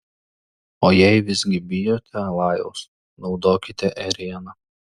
o jei visgi bijote lajaus naudokite ėrieną